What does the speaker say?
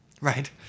Right